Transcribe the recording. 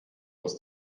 aus